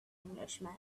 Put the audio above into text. englishman